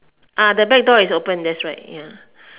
ah the back door is open that's right ya